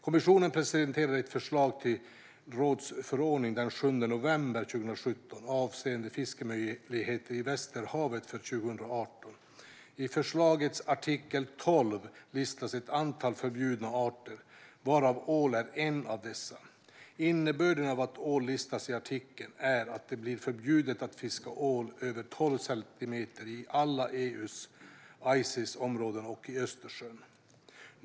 Kommissionen presenterade ett förslag till rådsförordning den 7 november 2017 avseende fiskemöjligheter i Västerhavet för 2018. I förslagets artikel 12 listas ett antal förbjudna arter, varav ål är en. Innebörden av att ål listas i artikeln är att det blir förbjudet att fiska ål över tolv centimeter i alla EU:s Icesområden och i Östersjön.